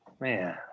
man